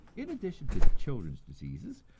in addition to children's diseases,